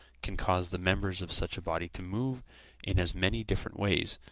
can cause the members of such a body to move in as many different ways,